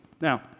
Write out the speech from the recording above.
Now